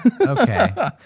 Okay